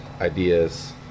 ideas